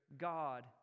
God